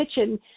kitchen